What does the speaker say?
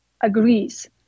agrees